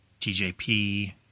TJP